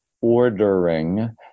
ordering